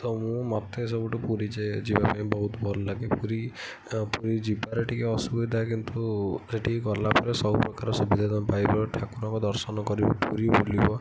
ମୋତେ ସବୁଠୁ ପୁରୀ ଯିବାପାଇଁ ବହୁତ ଭଲ ଲାଗେ ପୁରୀ ପୁରୀ ଯିବାରେ ଟିକେ ଅସୁବିଧା କିନ୍ତୁ ସେଠିକି ଗଲାପରେ ସବୁ ପ୍ରକାର ସୁବିଧା ତମେ ପାଇବ ଠାକୁରଙ୍କ ଦର୍ଶନ କରିବ ପୁରୀ ବୁଲିବ